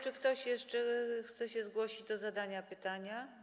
Czy ktoś jeszcze chce się zgłosić do zadania pytania?